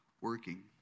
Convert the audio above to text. working